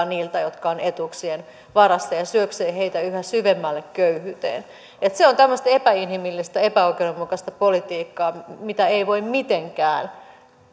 niiltä jotka ovat etuuksien varassa ja syöksee heitä yhä syvemmälle köyhyyteen se on tämmöistä epäinhimillistä epäoikeudenmukaista politiikkaa mitä ei voi mitenkään